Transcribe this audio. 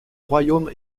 royaume